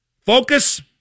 Focus